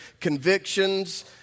convictions